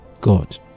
God